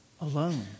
Alone